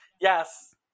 Yes